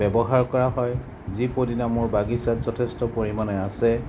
ব্যৱহাৰ কৰা হয় যি পদিনা মোৰ বাগিচাত যথেষ্ট পৰিমাণে আছে